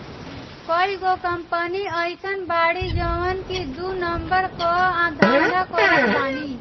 कईगो कंपनी अइसन बाड़ी जवन की दू नंबर कअ धंधा करत बानी